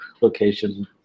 location